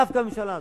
דווקא הממשלה הזאת,